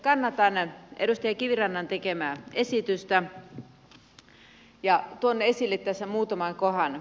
kannatan edustaja kivirannan tekemää esitystä ja tuon esille tässä muutaman kohdan